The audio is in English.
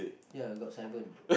ya I got seven